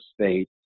state